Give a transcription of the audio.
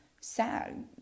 sad